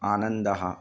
आनन्दः